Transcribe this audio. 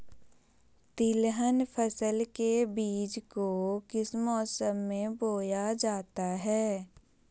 तिलहन फसल के बीज को किस मौसम में बोया जाता है?